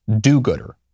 do-gooder